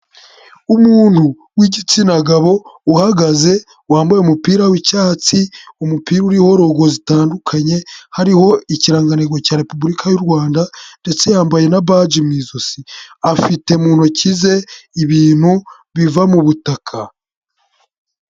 Umuntu w'igitsina gabo uhagaze, wambaye umupira w'icyatsi, umupira uriho rogo zitandukanye, hariho ikirangantego cya Repubulika y'u Rwanda ndetse yambaye na baji mu ijosi, afite mu ntoki ze ibintu biva mu butaka.